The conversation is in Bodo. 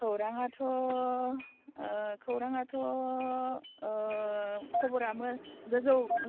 खौराङाथ' खौराङाथ' खबरा